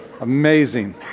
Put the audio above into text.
Amazing